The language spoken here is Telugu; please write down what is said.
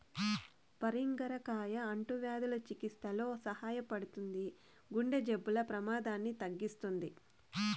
పరింగర కాయ అంటువ్యాధుల చికిత్సలో సహాయపడుతుంది, గుండె జబ్బుల ప్రమాదాన్ని తగ్గిస్తుంది